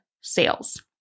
sales